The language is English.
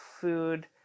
food